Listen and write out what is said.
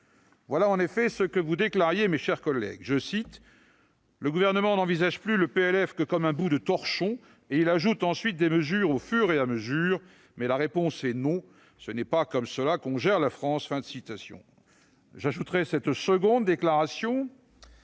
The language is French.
Voici, en effet, ce que vous déclariez, mes chers collègues :« Le Gouvernement n'envisage plus le projet de loi de finances que comme un bout de torchon et il ajoute ensuite des mesures au fur et à mesure. Mais la réponse est non. Ce n'est pas comme cela qu'on gère la France. » J'ajoute cette seconde déclaration